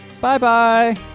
Bye-bye